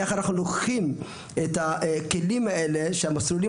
איך אנחנו לוקחים את הכלים האלה שהמסלולים